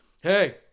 hey